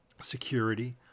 security